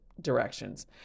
directions